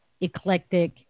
eclectic